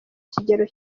kigero